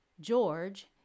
George